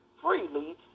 freely